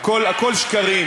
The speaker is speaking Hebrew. הכול, הכול שקרים.